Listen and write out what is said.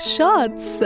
Shots